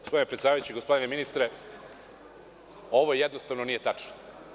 Gospodine predsedavajući, gospodine ministre, ovo jednostavno nije tačno.